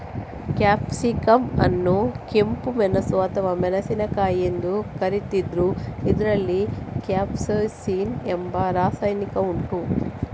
capsicum ಅನ್ನು ಕೆಂಪು ಮೆಣಸು ಅಥವಾ ಮೆಣಸಿನಕಾಯಿ ಎಂದು ಕರೀತಿದ್ದು ಇದ್ರಲ್ಲಿ ಕ್ಯಾಪ್ಸೈಸಿನ್ ಎಂಬ ರಾಸಾಯನಿಕ ಉಂಟು